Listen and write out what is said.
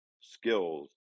skills